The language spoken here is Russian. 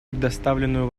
предоставленную